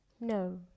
No